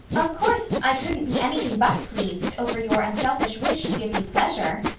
of course i couldn't be anything but pleased over your unselfish wish to give me pleasure,